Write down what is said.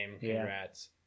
Congrats